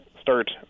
start